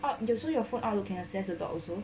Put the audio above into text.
oh so your phone outlook can access the doc also